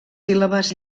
síl·labes